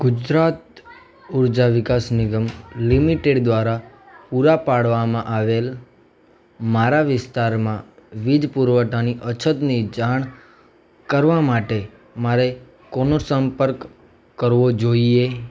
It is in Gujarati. ગુજરાત ઊર્જા વિકાસ નિગમ લિમિટેડ દ્વારા પૂરા પાડવામાં આવેલ મારા વિસ્તારમાં વીજ પુરવઠાની અછતની જાણ કરવાં માટે મારે કોનો સંપર્ક કરવો જોઈએ